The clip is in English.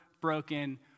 broken